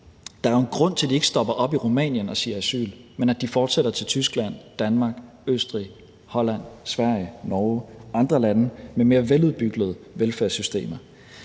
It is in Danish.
Der er jo en grund til, at de ikke stopper op i Rumænien og søger asyl, men at de fortsætter til Tyskland, Danmark, Østrig, Holland, Sverige, Norge og andre lande med mere veludbyggede velfærdssystemer.